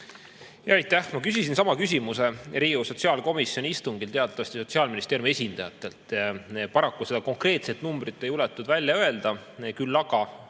Aitäh! Ma küsisin sama küsimuse Riigikogu sotsiaalkomisjoni istungil teatavasti Sotsiaalministeeriumi esindajatelt. Paraku seda konkreetset numbrit ei juletud välja öelda. Küll aga,